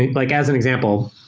like as an example,